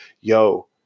yo